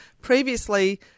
previously